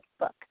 book